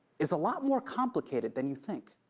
is a lot more complicated than you think.